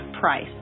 price